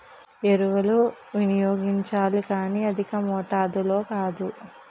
ఎరువులు వినియోగించాలి కానీ అధికమాతాధిలో కాదు